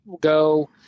go